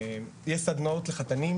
יש סדנאות לחתנים,